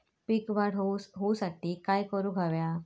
पीक वाढ होऊसाठी काय करूक हव्या?